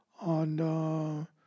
on